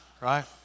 right